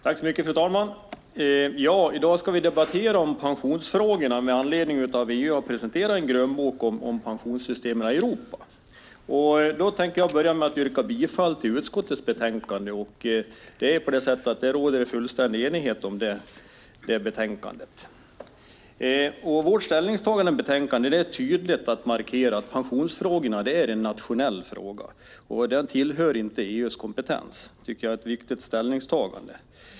Fru talman! I dag ska vi debattera pensionsfrågorna med anledning av att EU har presenterat en grönbok om pensionssystemen i Europa. Jag yrkar bifall till utskottets förslag som det råder fullständig enighet om. I utlåtandet markerar utskottet tydligt att pensionsfrågan är en nationell fråga som inte hör till EU:s kompetens. Det är ett viktigt ställningstagande.